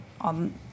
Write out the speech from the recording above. on